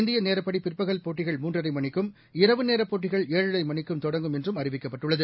இந்திய நேரப்படி பிற்பகல் போட்டிகள் மூன்றரை மணிக்கும் இரவு நேர போட்டிகள் ஏழரை மணிக்கும் தெடங்கும் என்றும் அறிவிக்கப்பட்டுள்ளது